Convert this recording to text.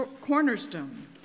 cornerstone